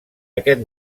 aquest